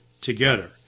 together